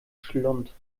schlund